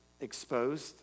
exposed